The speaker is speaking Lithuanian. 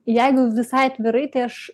jeigu visai atvirai tai aš